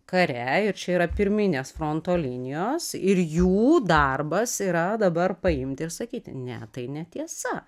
kare ir čia yra pirminės fronto linijos ir jų darbas yra dabar paimti ir sakyti ne tai netiesa